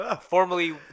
formerly